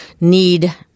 need